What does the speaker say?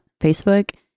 Facebook